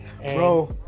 Bro